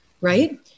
right